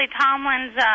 Tomlin's